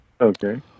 Okay